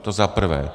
To za prvé.